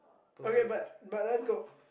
okay but but let's go